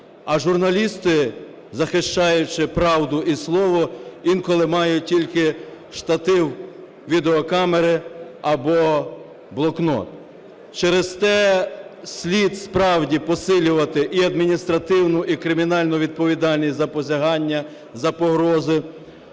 А журналісти, захищаючи правду і слово, інколи мають тільки штатив відеокамери або блокнот. Через те слід справді посилювати і адміністративну, і кримінальну відповідальність за посягання, за погрози